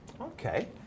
Okay